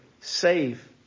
save